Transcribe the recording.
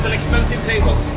expensive table.